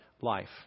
life